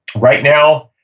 right now,